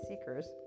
seekers